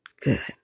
good